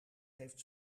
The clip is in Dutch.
heeft